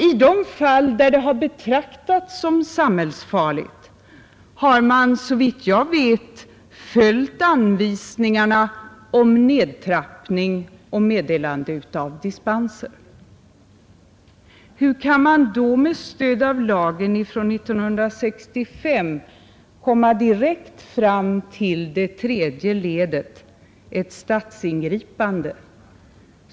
I de fall där de har betraktats som samhällsfarliga har man, såvitt jag vet, följt anvisningarna om nedtrappning och meddelande av dispenser. Hur kan man då med stöd av lagen från 1965 komma direkt fram till det tredje ledet, ett statsingripande?